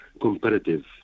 comparative